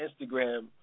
Instagram